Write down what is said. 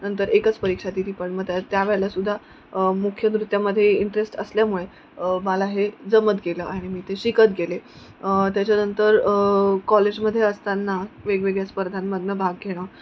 नंतर एकच परीक्षा दिली पण मग त्या त्या वेळेलासुद्धा मुख्य नृत्यामध्ये इंटरेस्ट असल्यामुळे मला हे जमत गेलं आणि मी ते शिकत गेले त्याच्यानंतर कॉलेजमध्ये असताना वेगवेगळ्या स्पर्धांमधून भाग घेणं